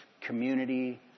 community